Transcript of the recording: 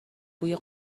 بوی